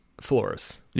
floors